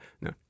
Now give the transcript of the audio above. No